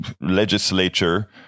legislature